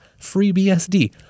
FreeBSD